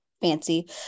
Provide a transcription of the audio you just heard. fancy